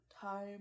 time